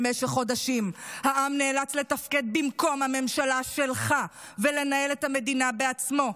במשך חודשים העם נאלץ לתפקד במקום הממשלה שלך ולנהל את המדינה בעצמו.